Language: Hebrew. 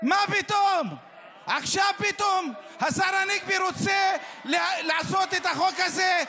מה פתאום עכשיו פתאום השר הנגבי רוצה לעשות את החוק הזה,